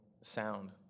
sound